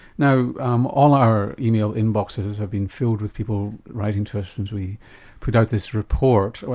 now um all our email inboxes have been filled with people writing to us since we put out this report.